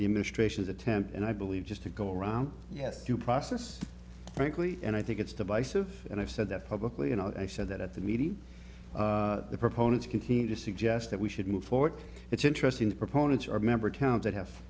administration's attempt and i believe just to go around yes due process frankly and i think it's divisive and i've said that publicly and i said that at the meeting the proponents continue to suggest that we should move forward it's interesting that proponents are member towns that have